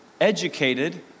educated